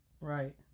Right